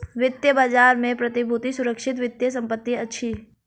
वित्तीय बजार में प्रतिभूति सुरक्षित वित्तीय संपत्ति अछि